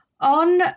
on